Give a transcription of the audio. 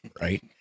Right